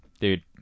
dude